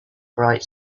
bright